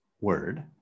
word